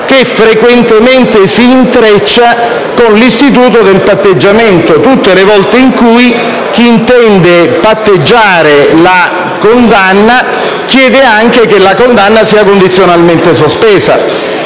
che frequentemente si intreccia con quello del patteggiamento tutte le volte in cui chi intende patteggiare la condanna chiede anche che la stessa sia condizionalmente sospesa.